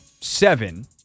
seven